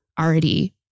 already